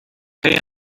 pay